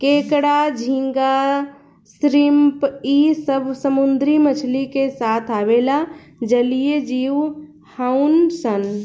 केकड़ा, झींगा, श्रिम्प इ सब समुंद्री मछली के साथ आवेला जलीय जिव हउन सन